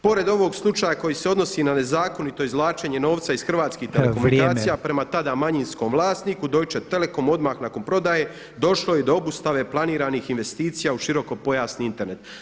Pored ovog slučaja koji se odnosi na nezakonito izvlačenje novca iz Hrvatskih Telekomunikacija prema tada manjinskom vlasniku Deutsche Telekom odmah nakon prodaje došlo je i do obustave planiranih investicija u široko pojasni Internet.